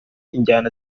injyana